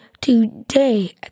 today